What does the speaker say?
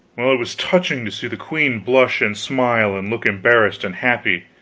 well, it was touching to see the queen blush and smile, and look embarrassed and happy,